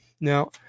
Now